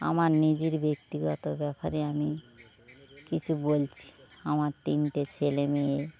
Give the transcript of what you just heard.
আমার নিজের ব্যক্তিগত ব্যাপারে আমি কিছু বলছি আমার তিনটে ছেলেমেয়ে